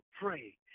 pray